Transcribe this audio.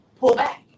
Pullback